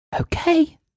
Okay